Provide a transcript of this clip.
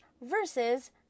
versus